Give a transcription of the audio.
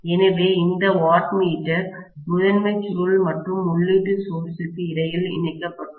எனவே இந்த வாட்மீட்டர் முதன்மை சுருள் மற்றும் உள்ளீட்டு சோர்ஸ் ற்கு இடையில் இணைக்கப்பட்டுள்ளது